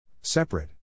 Separate